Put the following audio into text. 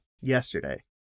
yesterday